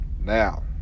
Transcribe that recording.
Now